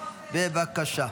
בבקשה.